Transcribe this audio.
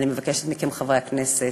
אני מבקשת מכם, חברי הכנסת,